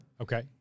Okay